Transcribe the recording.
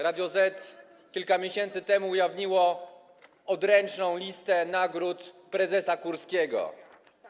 Radio Zet kilka miesięcy temu ujawniło odręczną listę nagród prezesa Kurskiego.